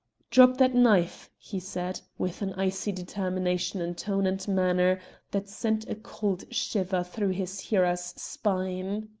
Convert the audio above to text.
drop that knife, he said, with an icy determination in tone and manner that sent a cold shiver through his hearer's spine.